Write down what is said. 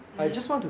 mm